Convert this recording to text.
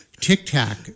tic-tac